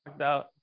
out